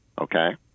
okay